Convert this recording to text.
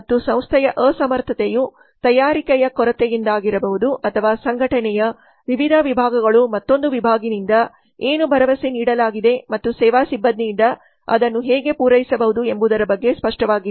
ಮತ್ತೆ ಸಂಸ್ಥೆಯ ಅಸಮರ್ಥತೆಯು ತಯಾರಿಕೆಯ ಕೊರತೆಯಿಂದಾಗಿರಬಹುದು ಅಥವಾ ಸಂಘಟನೆಯ ವಿವಿಧ ವಿಭಾಗಗಳು ಮತ್ತೊಂದು ವಿಭಾಗಿನಿಂದ ಏನು ಭರವಸೆ ನೀಡಲಾಗಿದೆ ಮತ್ತು ಸೇವಾ ಸಿಬ್ಬಂದಿಯಿಂದ ಅದನ್ನು ಹೇಗೆ ಪೂರೈಸಬಹುದು ಎಂಬುದರ ಬಗ್ಗೆ ಸ್ಪಷ್ಟವಾಗಿಲ್ಲ